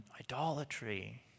idolatry